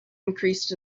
increased